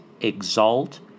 exalt